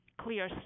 clear